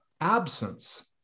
absence